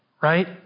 right